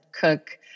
Cook